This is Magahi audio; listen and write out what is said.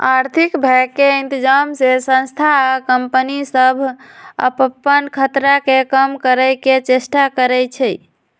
आर्थिक भय के इतजाम से संस्था आ कंपनि सभ अप्पन खतरा के कम करए के चेष्टा करै छै